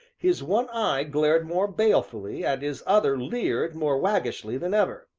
his one eye glared more balefully and his other leered more waggishly than ever,